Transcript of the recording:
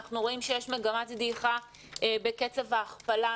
אנחנו רואים שיש מגמת דעיכה בקצב ההכפלה.